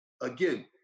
again